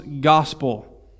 gospel